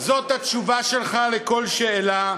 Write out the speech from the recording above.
זאת התשובה שלך על כל שאלה.